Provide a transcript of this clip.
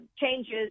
changes